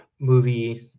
movie